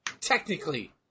technically